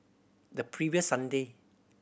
the previous Sunday